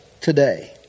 today